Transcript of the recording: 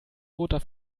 roter